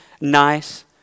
nice